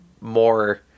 more